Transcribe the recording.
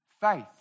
faith